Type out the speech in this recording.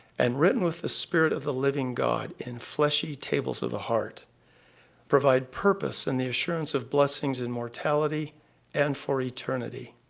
and written with the spirit of the living god. in fleshy tables of the heart provide purpose and the assurance of blessings in mortality and for eternity.